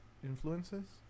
Influences